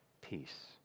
peace